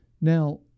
Now